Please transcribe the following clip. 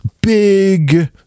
big